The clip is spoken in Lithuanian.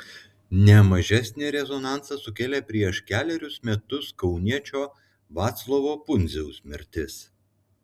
ne mažesnį rezonansą sukėlė prieš kelerius metus kauniečio vaclovo pundziaus mirtis